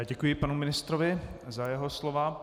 Děkuji panu ministrovi za jeho slova.